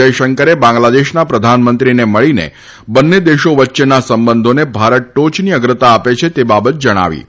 જયશંકરે બાંગ્લાદેશના પ્રધાનમંત્રીને મળી બંને દેશો વચ્ચેના સંબંધોને ભારત ટોચની અગ્રતા આપે છે તે બાબત જણાવી હતી